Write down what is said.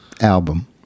album